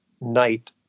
night